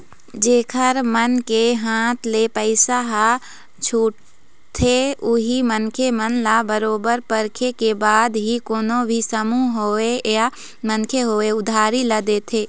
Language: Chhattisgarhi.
जेखर मन के हाथ ले पइसा ह छूटाथे उही मनखे मन ल बरोबर परखे के बाद ही कोनो भी समूह होवय या मनखे होवय उधारी ल देथे